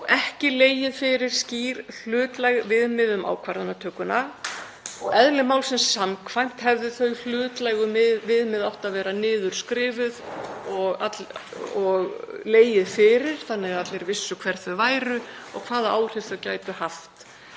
ekki legið fyrir skýr hlutlæg viðmið um ákvarðanatökuna og eðli málsins samkvæmt hefðu þau hlutlægu viðmið átt að vera niðurskrifuð og liggja fyrir þannig að allir vissu hver þau væru og hvaða áhrif það gæti haft